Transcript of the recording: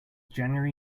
january